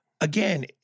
Again